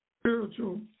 Spiritual